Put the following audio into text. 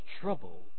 trouble